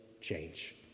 change